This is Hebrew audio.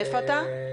מאיפה אתה?